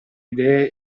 idee